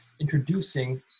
Introducing